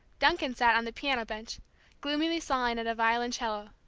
duncan sat on the piano bench gloomily sawing at a violoncello.